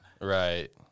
right